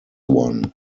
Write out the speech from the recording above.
one